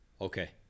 Okay